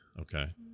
Okay